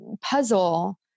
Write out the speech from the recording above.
puzzle